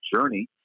journey